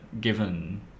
given